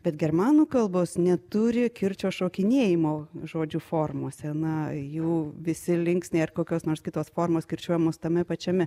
bet germanų kalbos neturi kirčio šokinėjimo žodžių formose na jų visi linksniai ar kokios nors kitos formos kirčiuojamos tame pačiame